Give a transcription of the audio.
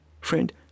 Friend